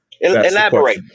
Elaborate